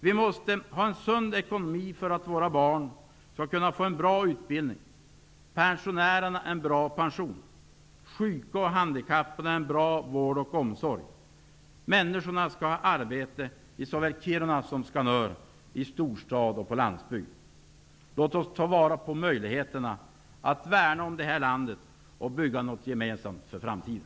Vi måste ha en sund ekonomi för att våra barn skall kunna få en bra utbildning, pensionärerna en bra pension, sjuka och handikappade en bra vård och omsorg. Människorna skall ha arbete i såväl Kiruna som Skanör, i storstad och på landsbygd. Låt oss ta vara på möjligheterna och värna om det här landet och bygga något gemensamt för framtiden.